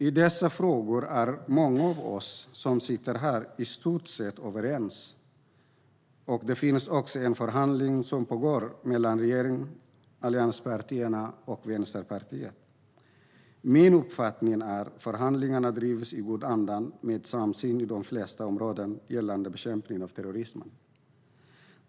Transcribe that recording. I dessa frågor är många av oss som sitter här i stort sett överens, och det pågår också en förhandling mellan regeringen, allianspartierna och Vänsterpartiet. Min uppfattning är att förhandlingarna bedrivs i god anda med samsyn på de flesta områden gällande bekämpning av terrorism.